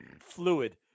Fluid